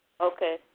Okay